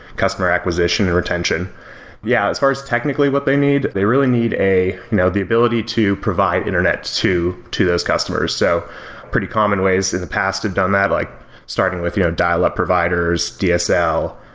customer acquisition and retention yeah, as far as technically what they need, they really need a now the ability to provide internet to to those customers. so pretty common ways in the past have done that, like starting with you know dial-up providers, dsl,